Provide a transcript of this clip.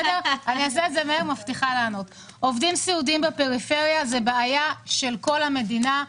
הסדר: עובדים סיעודיים בפריפריה היא בעיה של כל המדינה.